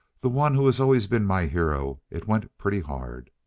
the one who has always been my hero it went pretty hard.